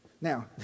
Now